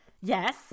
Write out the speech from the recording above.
yes